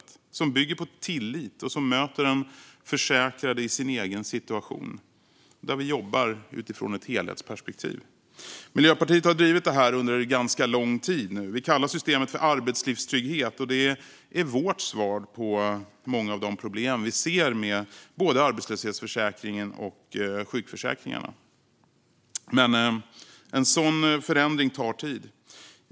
Det ska bygga på tillit och möta den försäkrade i dennes egen situation. Vi ska jobba utifrån ett helhetsperspektiv. Miljöpartiet har drivit det här under lång tid. Vi kallar systemet arbetslivstrygghet, och det är vårt svar på många av de problem som vi ser med både arbetslöshetsförsäkringen och sjukförsäkringarna. Men en sådan förändring tar tid.